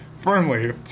Firmly